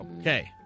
Okay